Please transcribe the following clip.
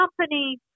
company